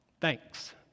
Thanks